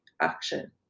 action